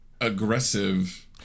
aggressive